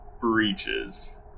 breaches